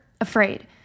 afraid